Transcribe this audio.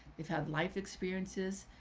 they've had life experiences.